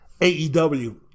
AEW